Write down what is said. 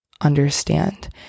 understand